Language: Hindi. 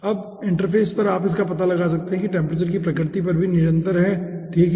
अब इंटरफेस पर आप पता लगा सकते हैं कि टेम्परेचर की प्रकृति भी निरंतर है ठीक है